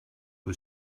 was